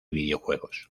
videojuegos